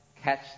catch